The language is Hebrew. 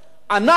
אנחנו,